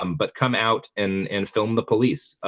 um but come out and and film the police, ah,